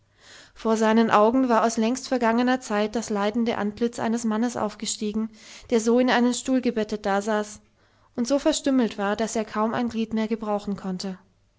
vor seinen augen war aus längst vergangener zeit das leidende antlitz eines mannes aufgestiegen der so in einen stuhl gebettet dasaß und so verstümmelt war daß er kaum ein glied mehr gebrauchen konnte